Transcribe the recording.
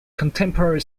contemporary